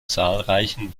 zahlreichen